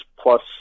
Plus